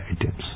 items